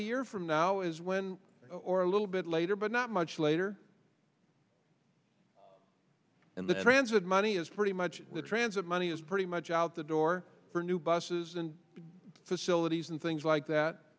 year from now is when or a little bit later but not much later and the transit money is pretty much the transit money is pretty much out the door for new buses and facilities and things like that